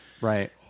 Right